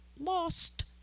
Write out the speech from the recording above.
Lost